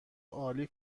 عالی